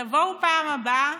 בפעם הבאה,